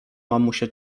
mamusia